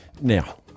now